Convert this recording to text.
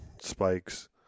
spikes